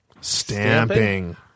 Stamping